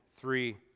three